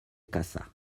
caça